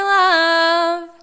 love